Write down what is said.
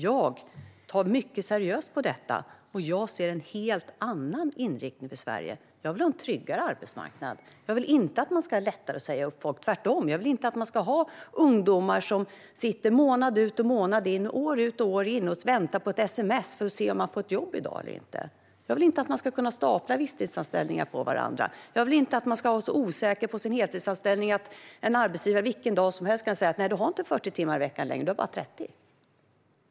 Jag tar mycket seriöst på detta, men jag ser en helt annan inriktning för Sverige. Jag vill ha en tryggare arbetsmarknad. Jag vill inte att det ska bli lättare att säga upp folk, tvärtom. Jag vill inte att ungdomar ska behöva sitta månad ut och månad in år ut och år in och vänta på ett sms för att se om de får ett jobb i dag eller inte. Jag vill inte att man ska kunna stapla visstidsanställningar på varandra. Jag vill inte att man ska vara så osäker på sin heltidsanställning att en arbetsgivare vilken dag som helst kan säga: "Du har inte 40 timmar i veckan längre. Du har bara 30."